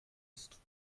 ist